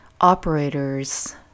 Operators